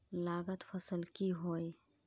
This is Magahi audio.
लागत फसल की होय?